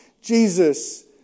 Jesus